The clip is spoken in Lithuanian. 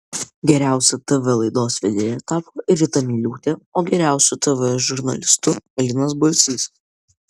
geriausia tv laidos vedėja tapo rita miliūtė geriausiu tv žurnalistu linas balsys